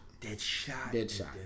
Deadshot